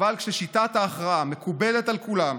אבל כששיטת ההכרעה מקובלת על כולם,